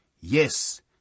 yes